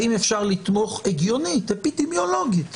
האם אפשר לתמוך הגיונית, אפידמיולוגית